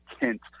intent